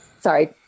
Sorry